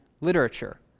literature